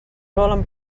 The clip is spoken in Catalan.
volen